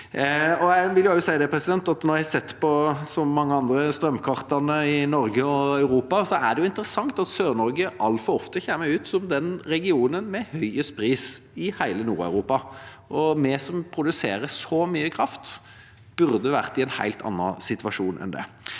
andre, har sett på strømkartene i Norge og Europa, og det er interessant at Sør-Norge altfor ofte kommer ut som den regionen med høyest pris i hele Nord-Europa. Vi som produserer så mye kraft, burde vært i en helt annen situasjon. Vi er